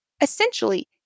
Essentially